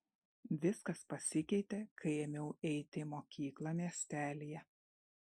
viskas pasikeitė kai ėmiau eiti į mokyklą miestelyje